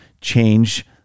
change